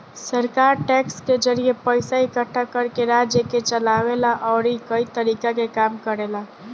सरकार टैक्स के जरिए पइसा इकट्ठा करके राज्य के चलावे ला अउरी कई तरीका के काम करेला